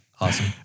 Awesome